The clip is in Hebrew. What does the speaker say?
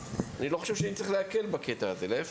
אני לא חושב שאני צריך להקל בקטע הזה, להיפך.